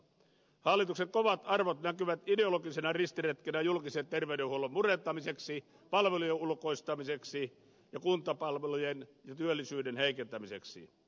hallituksen kovat arvot näkyvät ideologisena ristiretkenä julkisen terveydenhuollon murentamiseksi palvelujen ulkoistamiseksi ja kuntapalvelujen ja työllisyyden heikentämiseksi